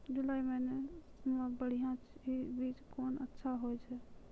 जुलाई महीने मे बढ़िया बीज कौन अच्छा होय छै?